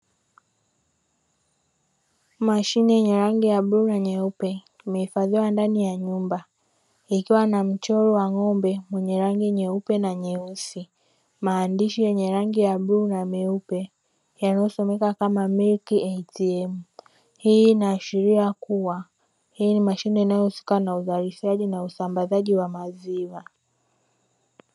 Mashine yenye rangi ya bluu na nyeupe imehifadhiwa ndani ya nyumba ikiwa na mchoro wa ngombe mwenye rangi nyeupe na nyeusi, maandishi yenye rangi ya bluu na meupe yanayosomeka kama; milk “ATM” hii inaashiria kuwa, hii ni mashine inayohusika na uzalishaji na usambazaji wa maziwa.